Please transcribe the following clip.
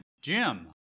Jim